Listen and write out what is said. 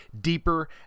deeper